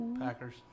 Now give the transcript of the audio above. Packers